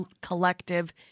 Collective